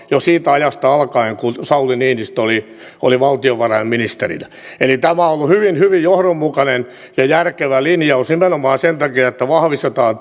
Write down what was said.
jo siitä ajasta alkaen kun sauli niinistö oli oli valtiovarainministerinä eli tämä on ollut hyvin hyvin johdonmukainen ja järkevä linjaus nimenomaan sen takia että vahvistetaan